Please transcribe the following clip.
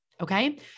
Okay